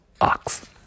Ox